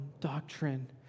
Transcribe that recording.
doctrine